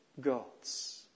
gods